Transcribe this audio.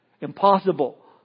Impossible